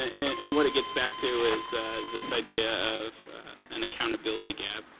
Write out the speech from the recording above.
and what it gets back to is this idea of an accountability gap.